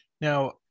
Now